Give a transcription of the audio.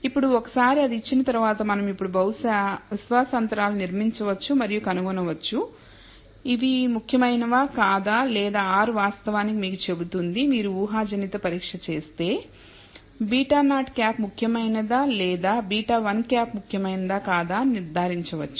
ఇప్పుడు ఒకసారి అది ఇచ్చిన తరువాత మనం ఇప్పుడు బహుశా విశ్వాస అంతరాలను నిర్మించవచ్చు మరియు కనుగొనవచ్చు ఇవి ముఖ్యమైనవా కాదా లేదా R వాస్తవానికి మీకు చెబుతుంది మీరు ఊహాజనిత పరీక్షచేస్తే β̂0 ముఖ్యమైనదా లేదా β̂1 ముఖ్యమైనదా కాదా అని నిర్ధారించవచ్చు